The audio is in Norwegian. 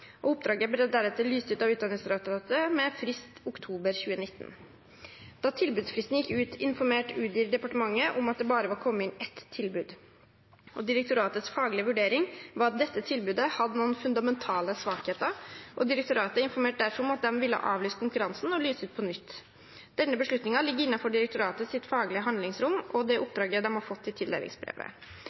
Oppdraget ble deretter lyst ut av Utdanningsdirektoratet med frist i oktober 2019. Da tilbudsfristen gikk ut, informerte Utdanningsdirektoratet departementet om at det bare var kommet inn ett tilbud. Direktoratets faglige vurdering var at dette tilbudet hadde noen fundamentale svakheter, og direktoratet informerte derfor om at de ville avlyse konkurransen og lyse ut på nytt. Denne beslutningen ligger innenfor direktoratets faglige handlingsrom og det oppdraget de hadde fått i tildelingsbrevet.